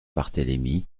barthélémy